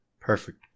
Perfect